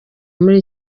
muri